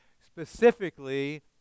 specifically